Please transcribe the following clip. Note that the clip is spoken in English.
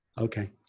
okay